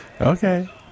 Okay